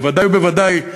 ודאי ובוודאי,